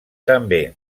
també